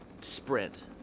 sprint